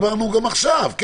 אתה